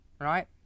right